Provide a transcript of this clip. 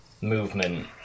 movement